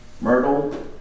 Myrtle